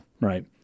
Right